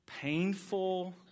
painful